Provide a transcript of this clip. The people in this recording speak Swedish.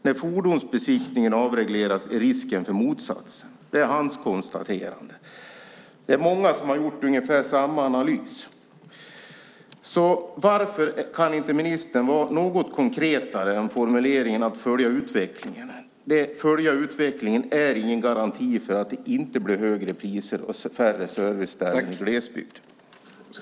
När fordonsbesiktningen avregleras är det risk för motsatsen." Det är hans konstaterande, och det är många som har gjort ungefär samma analys. Varför kan inte ministern komma med något konkretare än formuleringen om att "följa utvecklingen"? Att man följer utvecklingen är ingen garanti för att det inte blir högre priser och färre serviceställen i glesbygden.